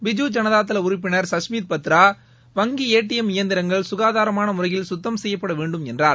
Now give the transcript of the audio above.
பிஜு ஜனதாதள உறுப்பினர் சஸ்மித் பத்ரா வங்கி ஏடிளம் இயந்திரங்கள் சுகாதார முறையில் சுத்தம் செய்யப்பட வேண்டும் என்றார்